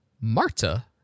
Marta